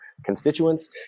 constituents